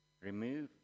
Remove